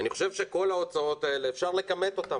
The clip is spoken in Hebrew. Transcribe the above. אני חושב שכל ההוצאות האלה, אפשר לכמת אותן.